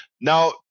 Now